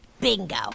Bingo